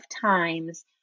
times